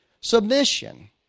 submission